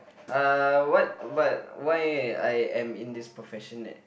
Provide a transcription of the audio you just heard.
uh what but why I am in this profession